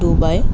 Dubai